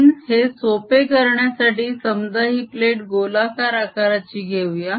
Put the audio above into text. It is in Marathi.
म्हणून हे सोपे करण्यासाठी समजा ही प्लेट गोलाकार आकाराची घेऊया